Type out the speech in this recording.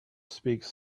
speaks